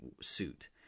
suit